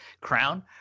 crown